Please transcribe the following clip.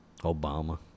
Obama